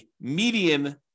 median